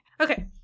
okay